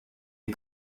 des